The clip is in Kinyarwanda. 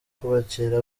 kubakira